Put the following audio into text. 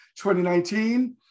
2019